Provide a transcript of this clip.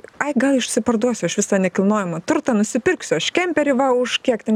ai gal išsiparduosiu aš visą nekilnojamą turtą nusipirksiu aš kemperį va už kiek ten